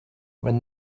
when